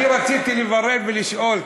אני רציתי לברר ולשאול.